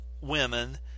women